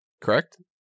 correct